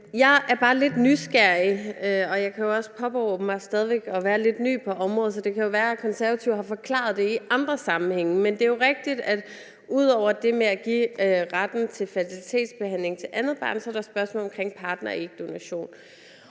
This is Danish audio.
Jeg er bare lidt nysgerrig, og jeg kan jo også stadig væk påberåbe mig at være lidt ny på området, så det kan jo være, at Konservative har forklaret det i andre sammenhænge. Men det er jo rigtigt, at der ud over det med at give retten til fertilitetsbehandling til det andet barn, så også er spørgsmålet omkring partnerægdonation,